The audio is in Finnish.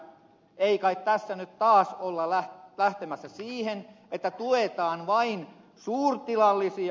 ei kai tässä nyt taas olla lähtemässä siihen että tuetaan vain suurtilallisia